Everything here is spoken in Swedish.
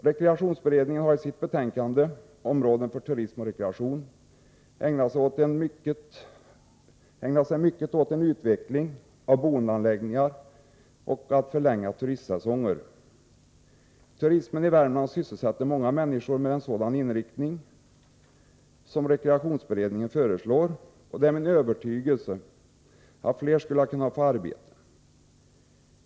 Rekreationsberedningen har i sitt betänkande Områden för turism och rekreation ägnat sig mycket åt frågan om en utveckling av boendeanläggningar och förlängda turistsäsonger. Turismen i Värmland sysselsätter många människor men med en sådan inriktning som rekrationsberedningen föreslår, och det är min övertygelse att fler skulle kunna få arbete.